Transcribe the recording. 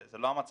זה לא המצב,